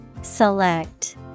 Select